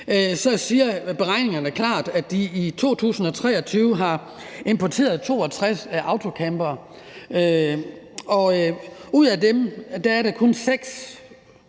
at beregningerne klart siger, at de i 2023 har importeret 62 autocampere, og ud af dem er der kun 6,